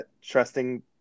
trusting